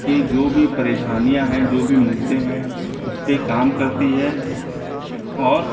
के जो भी परेशानियाँ हैं जो भी मुद्दे हैं उस पर काम करती है और